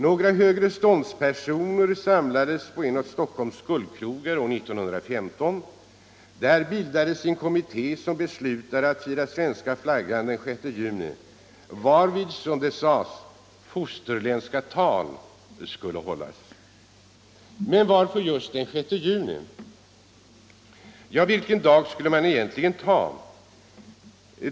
Några högreståndspersoner samlades på en av Stockholms guldkrogar år 1915. Där bildades en kommitté som beslutade att fira svenska flaggan den 6 juni varvid som det sades ”fosterländska tal skulle hållas”. Men varför just den 6 juni? Ja, vilken dag skulle man egentligen ta?